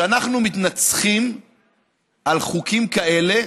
כשאנחנו מתנצחים על חוקים כאלה,